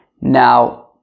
now